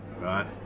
Right